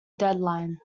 deadline